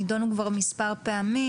הם נידונו כבר מספר פעמים,